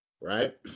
right